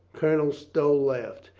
colonel stow laughed.